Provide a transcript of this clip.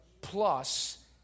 plus